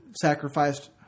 sacrificed